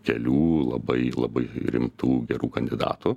kelių labai labai rimtų gerų kandidatų